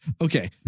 Okay